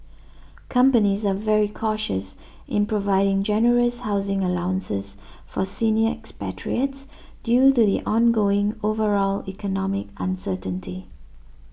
companies are very cautious in providing generous housing allowances for senior expatriates due the ongoing overall economic uncertainty